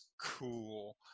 cool